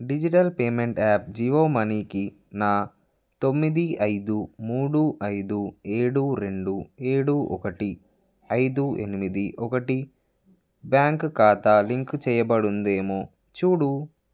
digital payment app Jio మనీకి నా తొమ్మిది ఐదు మూడు ఐదు ఏడు రెండు ఏడు ఒకటి ఐదు ఎనిమిది ఒకటి బ్యాంక్ ఖాతా లింక్ చెయ్యబడుందేమో చూడు